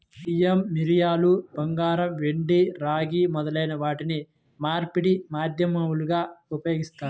బియ్యం, మిరియాలు, బంగారం, వెండి, రాగి మొదలైన వాటిని మార్పిడి మాధ్యమాలుగా ఉపయోగిస్తారు